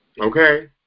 Okay